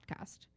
podcast